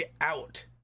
out